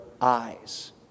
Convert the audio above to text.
eyes